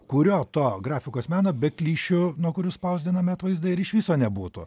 kurio to grafikos meno be klišių nuo kurių spausdinami atvaizdai ir iš viso nebūtų